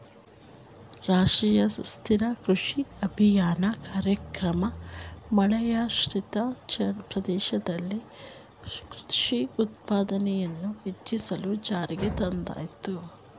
ರಾಷ್ಟ್ರೀಯ ಸುಸ್ಥಿರ ಕೃಷಿ ಅಭಿಯಾನ ಕಾರ್ಯಕ್ರಮನ ಮಳೆಯಾಶ್ರಿತ ಪ್ರದೇಶದಲ್ಲಿ ಕೃಷಿ ಉತ್ಪಾದನೆಯನ್ನು ಹೆಚ್ಚಿಸಲು ಜಾರಿಗೆ ತಂದಯ್ತೆ